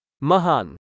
Mahan